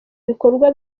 bikorwa